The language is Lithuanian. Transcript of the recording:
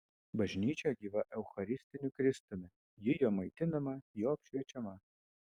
bažnyčia gyva eucharistiniu kristumi ji jo maitinama jo apšviečiama